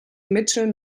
mitchell